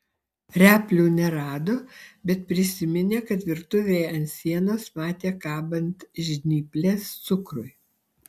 replių nerado bet prisiminė kad virtuvėje ant sienos matė kabant žnyples cukrui